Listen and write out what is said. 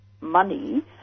money